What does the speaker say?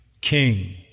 king